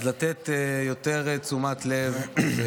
נא לתת יותר תשומת לב,